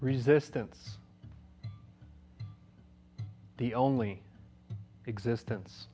resistance the only existence